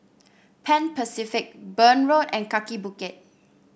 Pan Pacific Burn Road and Kaki Bukit